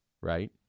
right